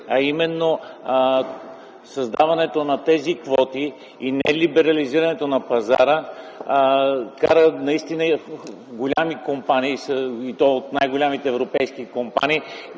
Създаването на тези квоти и нелиберализирането на пазара накара наистина големи компании, едни от най-големите европейски компании,